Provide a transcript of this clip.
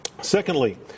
Secondly